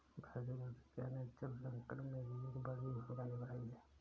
भारत की जनसंख्या ने जल संकट में एक बड़ी भूमिका निभाई है